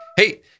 Hey